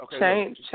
Change